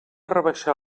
rebaixar